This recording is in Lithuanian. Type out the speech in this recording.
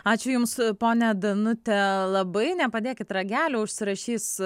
ačiū jums ponia danute labai nepadėkit ragelio užsirašys